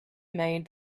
made